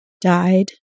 died